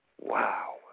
Wow